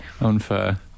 unfair